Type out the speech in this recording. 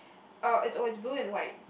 uh it's oh it's blue and white